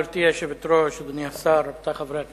גברתי היושבת-ראש, אדוני השר, רבותי חברי הכנסת,